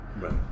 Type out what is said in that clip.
Right